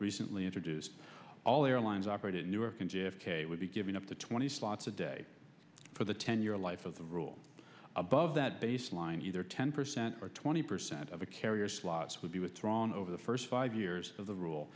recently introduced all airlines operate in newark and j f k would be giving up the twenty slots a day for the ten year life of the rule above that baseline either ten percent or twenty percent of a carrier slots would be withdrawn over the first five years of the rule